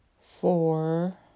Four